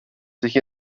sich